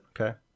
Okay